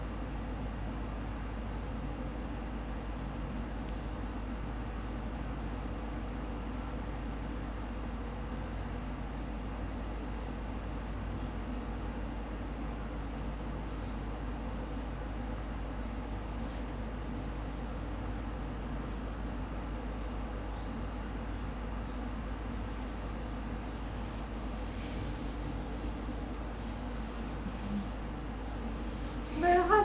never